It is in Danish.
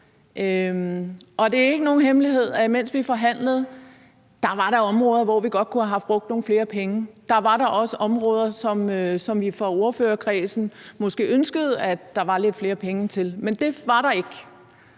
Og det er ikke nogen hemmelighed, at imens vi forhandlede, var der områder, hvor vi godt kunne have brugt nogle flere penge. Der var da også områder, som vi fra ordførerkredsens side måske ønskede at der var lidt flere penge til, men det var der ikke.